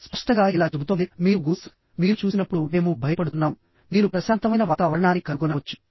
స్పష్టంగా ఇలా చెబుతోందిః మీరు గూస్ మీరు చూసినప్పుడు మేము భయపడుతున్నాం మీరు ప్రశాంతమైన వాతావరణాన్ని కనుగొనవచ్చు